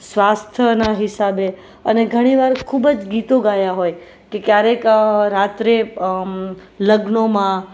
સ્વાસ્થ્યના હિસાબે અને ઘણી વાર ખૂબ જ ગીતો ગાયા હોય ક્યારેક રાત્રે લગ્નોમાં